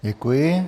Děkuji.